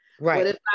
Right